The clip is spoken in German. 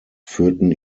führten